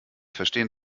verstehen